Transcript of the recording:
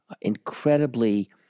incredibly